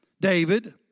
David